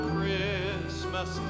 Christmas